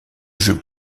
jeux